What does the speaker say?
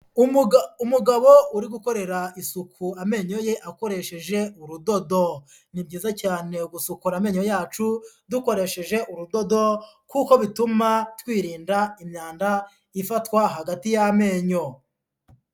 Umugabo uri gukorera isuku amenyo ye akoresheje urudodo, ni byiza cyane gusukura amenyo yacu dukoresheje urudodo kuko bituma twirinda imyanda ifatwa hagati y'amenyo.